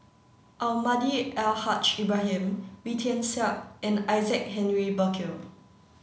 Almahdi Al Haj Ibrahim Wee Tian Siak and Isaac Henry Burkill